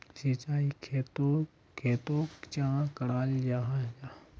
सिंचाई खेतोक चाँ कराल जाहा जाहा?